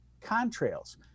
contrails